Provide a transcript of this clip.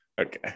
Okay